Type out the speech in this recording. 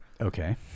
Okay